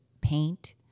paint